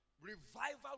Revival